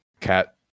Cat